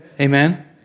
Amen